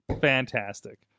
Fantastic